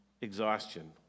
exhaustion